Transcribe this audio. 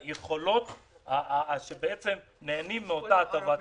לחלוטין ובעניין הזה לא היה בכלל דיון.